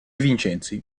vincenzi